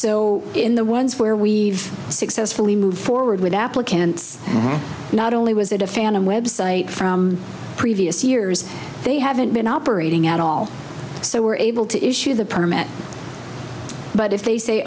so in the ones where we've successfully move forward with applicants not only was it a phantom website from previous years they haven't been operating at all so we're able to issue the permit what if they say